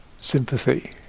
sympathy